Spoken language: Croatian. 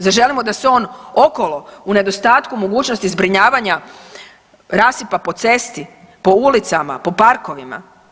Zar želimo da se on okolo u nedostatku mogućnosti zbrinjavanja rasipa po cesti, po ulicama, po parkovima?